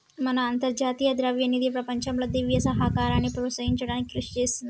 మన అంతర్జాతీయ ద్రవ్యనిధి ప్రపంచంలో దివ్య సహకారాన్ని ప్రోత్సహించడానికి కృషి చేస్తుంది